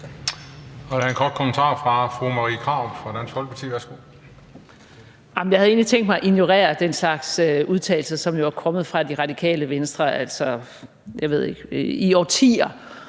Jeg havde egentlig tænkt mig at ignorere den slags udtalelser, som jo er kommet fra Radikale Venstre – jeg